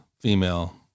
female